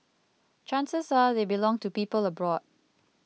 chances are they belong to people abroad